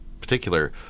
particular